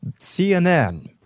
CNN